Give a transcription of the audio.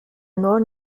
nur